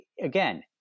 again